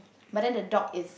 but then the dog is